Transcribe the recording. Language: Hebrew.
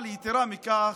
אבל יתרה מכך,